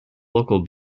local